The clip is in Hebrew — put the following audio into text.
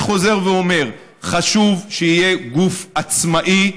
אני חוזר ואומר: חשוב שיהיה גוף עצמאי,